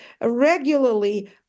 regularly